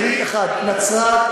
את תראי: 1. נצרת,